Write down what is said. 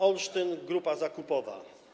Olsztyn - grupa zakupowa.